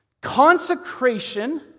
Consecration